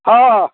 हँ